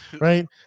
right